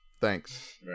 Thanks